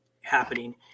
happening